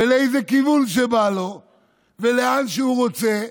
לאיזה כיוון שבא לו ולאן שהוא רוצה,